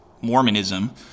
Mormonism